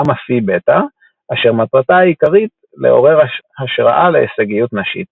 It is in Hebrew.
גמא פי בטא אשר מטרתה העיקרית לעורר השראה להישגיות נשית.